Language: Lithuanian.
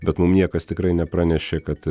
bet mum niekas tikrai nepranešė kad